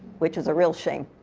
which is a real shame.